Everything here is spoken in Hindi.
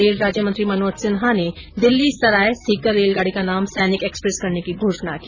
रेल राज्य मंत्री मनोज सिन्हा ने दिल्ली सराय सीकर रेलगाड़ी का नाम सैनिक एक्सप्रेस करने की घोषणा की